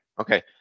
Okay